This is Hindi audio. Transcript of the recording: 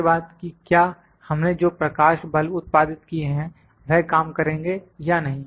उसके बाद कि क्या हमने जो प्रकाश बल्ब उत्पादित किए हैं वह काम करेंगे या नहीं